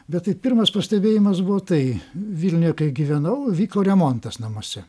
bet tai pirmas pastebėjimas buvo tai vilniuje kai gyvenau vyko remontas namuose